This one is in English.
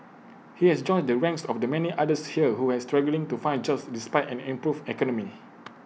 he has joined the ranks of the many others here who are struggling to find jobs despite an improved economy